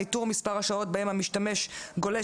ניטור מספר השעות בהם המשתמש גולש,